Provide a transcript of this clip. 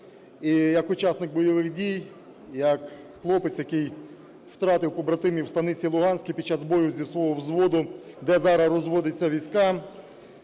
як учасник бойових дій, як хлопець, який втратив побратимів в Станиці Луганській під час бою зі свого зводу, де зараз розводяться війська,